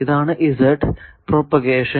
ഇതാണ് Z propagation